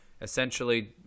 essentially